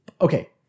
Okay